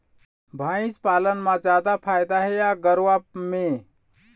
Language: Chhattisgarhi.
भंइस पालन म जादा फायदा हे या गरवा में?